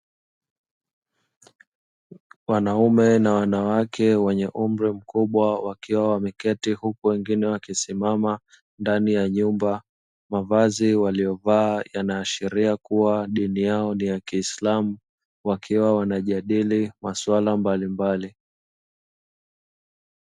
Wanaume na wanawake wenye umri mkubwa wakiwa wameketi huku wengine wakisimama ndani ya nyumba, mavazi waliovaa yanaashiria kuwa dini yao ni ya kiislamu wakiwa wanajadili masuala mbalimbali.